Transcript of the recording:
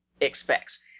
expects